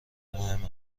مهم